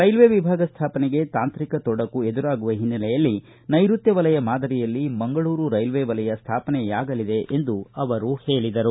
railway ವಿಭಾಗ ಸ್ಥಾಪನೆಗೆ ತಾಂತ್ರಿಕ ತೊಡಕು ಎದುರಾಗುವ ಹಿನ್ನೆಲೆಯಲ್ಲಿ ಸೈಋತ್ಯ ವಲಯ ಮಾದರಿಯಲ್ಲಿ ಮಂಗಳೂರು ರೈಲ್ವೆ ವಲಯ ಸ್ಥಾಪನೆಯಾಗಲಿದೆ ಎಂದು ಅವರು ಹೇಳಿದರು